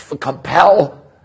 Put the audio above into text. compel